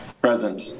Present